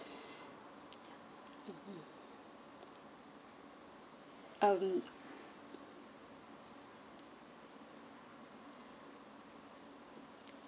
um